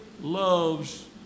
loves